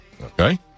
Okay